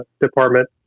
department